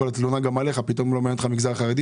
רציתי לומר גם עליך פתאום לא מעניין אותך המגזר החרדי?